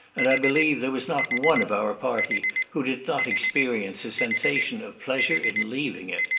and i believe there was not one of our party who did not experience a sensation of pleasure in leaving it.